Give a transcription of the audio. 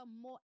more